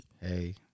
Hey